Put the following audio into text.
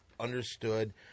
Understood